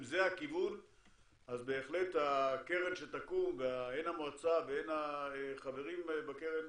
אם זה הכיוון אז בהחלט הקרן שתקום והן המועצה והן החברים בקרן